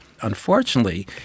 Unfortunately